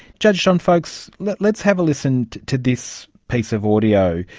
judge john faulks, let's have a listen to this piece of audio,